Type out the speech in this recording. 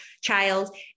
child